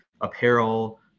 apparel